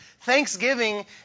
Thanksgiving